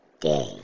day